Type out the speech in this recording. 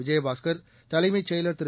விஜயபாஸ்கா் தலைமைச் செயலா் திரு